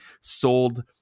sold